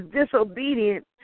disobedient